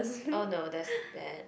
oh no that's bad